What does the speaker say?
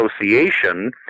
Association